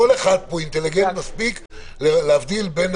כל אחד פה מספיק אינטליגנט להבדיל בין